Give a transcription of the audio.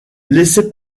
laissé